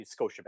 Scotiabank